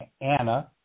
Anna